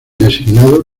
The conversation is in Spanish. designado